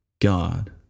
God